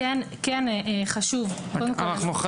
קודם כל,